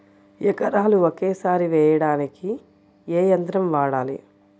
ఎకరాలు ఒకేసారి వేయడానికి ఏ యంత్రం వాడాలి?